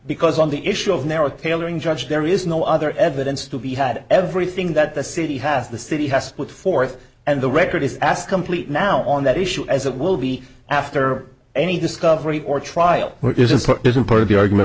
because on the issue of narrow tailoring judge there is no other evidence to be had everything that the city has the city has put forth and the record is asked complete now on that issue as it will be after any discovery or trial where it isn't isn't part of the argument